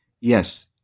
Yes